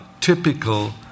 typical